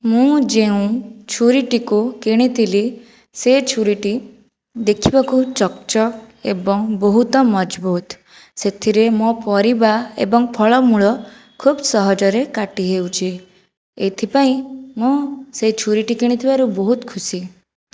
ମୁଁ ଯେଉଁ ଛୁରୀଟିକୁ କିଣିଥିଲି ସେ ଛୁରୀଟି ଦେଖିବାକୁ ଚକ୍ ଚକ୍ ଏବଂ ବହୁତ ମଜବୁତ ସେଥିରେ ମୋ ପରିବା ଏବଂ ଫଳ ମୂଳ ଖୁବ ସହଜରେ କାଟି ହେଉଛି ଏଥିପାଇଁ ମୁଁ ସେ ଛୁରୀଟି କିଣିଥିବାରୁ ବହୁତ ଖୁସି